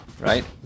right